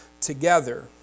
together